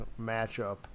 matchup